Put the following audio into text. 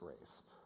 raised